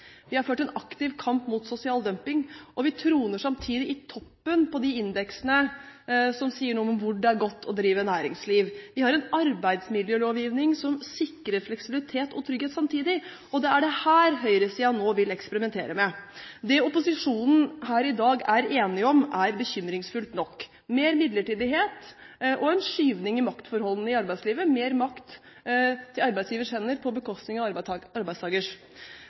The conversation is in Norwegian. Vi har ført en aktiv kamp mot sosial dumping, og vi troner samtidig i toppen av de indeksene som sier noe om hvor det er godt å drive næringsliv. Vi har en arbeidsmiljølovgivning som sikrer fleksibilitet og trygghet samtidig. Det er dette høyresiden nå vil eksperimentere med. Det opposisjonen her i dag er enig om, er, bekymringsfullt nok, mer midlertidighet, en forskyvning i maktforholdene i arbeidslivet – mer makt til arbeidsgivers hender på bekostning av arbeidstakers